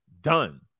done